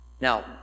Now